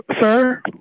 Sir